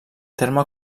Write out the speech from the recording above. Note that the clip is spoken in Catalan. terme